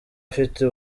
afite